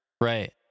Right